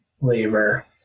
labor